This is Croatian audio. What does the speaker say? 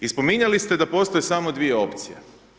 I spominjali ste da postoje samo dvije opcije.